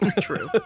true